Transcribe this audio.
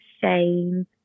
shame